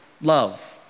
love